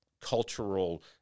cultural